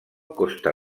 costa